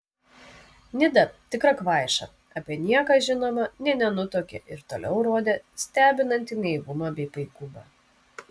nida tikra kvaiša apie nieką žinoma nė nenutuokė ir toliau rodė stebinantį naivumą bei paikumą